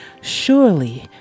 Surely